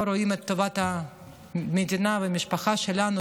לא רואים את טובת המדינה והמשפחה שלנו,